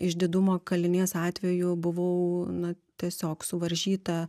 išdidumo kalinės atveju buvau na tiesiog suvaržyta